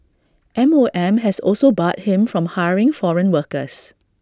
M O M has also barred him from hiring foreign workers